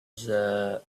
sand